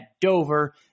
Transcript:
Dover